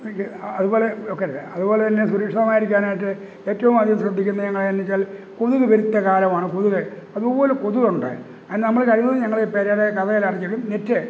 എനിക്ക് അതുപോലെ ഓക്കേ അല്ലെ അതുപോലെതന്നെ സുരക്ഷിതമായിരിക്കാനായിട്ട് ഏറ്റവും ആദ്യം ശ്രദ്ധിക്കേണ്ടത് എങ്ങനെയാണെന്നു വെച്ചാൽ കൊതുക് പെരുത്ത കാലമാണ് കൊതുക് അതുപോലെ കൊതുക് ഉണ്ട് അതു നമ്മൾ കഴിവതും ഞങ്ങളുടെ പേരുടെ കതക് അടച്ചിടും നെറ്റ്